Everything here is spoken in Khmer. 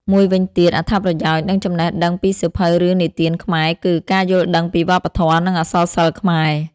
មួយវិញទៀតអត្ថប្រយោជន៍ និងចំណេះដឹងពីសៀវភៅរឿងនិទានខ្មែរគឺ ការយល់ដឹងពីវប្បធម៌ និងអក្សរសិល្ប៍ខ្មែរ។